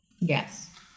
Yes